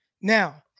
Now